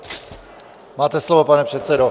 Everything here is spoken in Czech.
Máte slovo, pane předsedo.